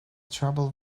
trouble